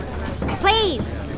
Please